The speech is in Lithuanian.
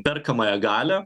perkamąją galią